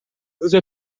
روز